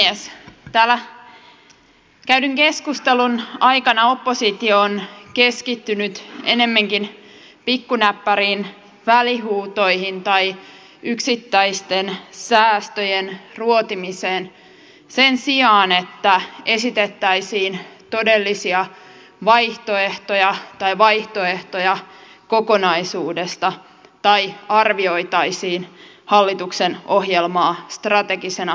täällä käydyn keskustelun aikana oppositio on keskittynyt ennemminkin pikkunäppäriin välihuutoihin tai yksittäisten säästöjen ruotimiseen sen sijaan että esitettäisiin todellisia vaihtoehtoja tai vaihtoehtoja kokonaisuudesta tai arvioitaisiin hallituksen ohjelmaa strategisena kokonaisuutena